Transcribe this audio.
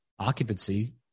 occupancy